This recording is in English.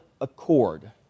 accord